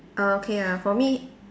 oh okay ah for me